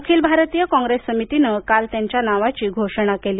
अखिल भारतीय काँग्रेस समितीनं काल त्यांच्या नावाची घोषणा केली